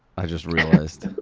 i just realized,